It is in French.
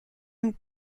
nous